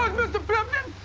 plimpton!